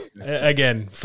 again